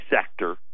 sector